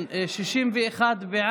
התשפ"א 2021, לוועדת החוקה, חוק ומשפט נתקבלה.